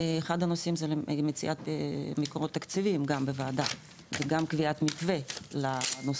אחד הנושאים זה מציאת מקורות תקציביים גם בוועדה וגם קביעת מתווה לנושא.